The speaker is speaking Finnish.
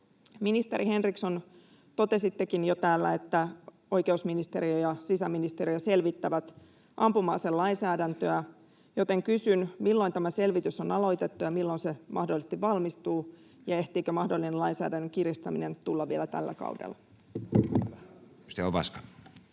Ministeri Henriksson, totesittekin jo täällä, että oikeusministeriö ja sisäministeriö selvittävät ampuma-aselainsäädäntöä, joten kysyn: milloin tämä selvitys on aloitettu, ja milloin se mahdollisesti valmistuu, ja ehtiikö mahdollinen lainsäädännön kiristäminen tulla vielä tällä kaudella?